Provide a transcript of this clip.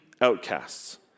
outcasts